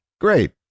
Great